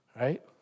right